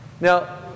Now